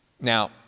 Now